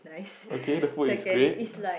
okay the food is great